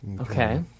Okay